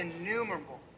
innumerable